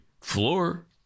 floor